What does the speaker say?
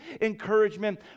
encouragement